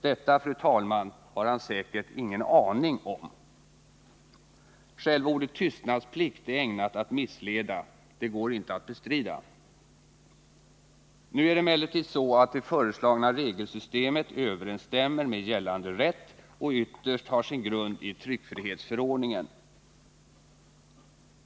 Detta, fru talman, har han säkert ingen aning om. Själva ordet ”tystnadsplikt” är ägnat att missleda — det går inte att bestrida. Nu är det emellertid så att det föreslagna regelsystemet överensstämmer med gällande rätt och ytterst har sin grund i tryckfrihetsförordningen.